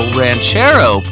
ranchero